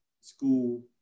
school